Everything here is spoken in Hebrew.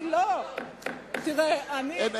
היא יכולה,